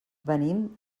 venim